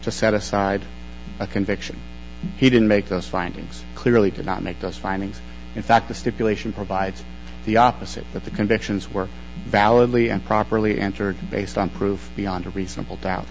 to set aside a conviction he didn't make us findings clearly did not make us findings in fact the stipulation provides the opposite that the convictions were validly and properly answered based on proof beyond a reasonable doubt